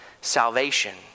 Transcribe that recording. salvation